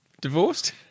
Divorced